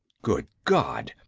good god!